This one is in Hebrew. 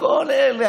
כל אלה,